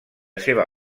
seva